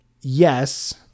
Yes